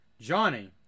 Johnny